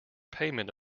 payment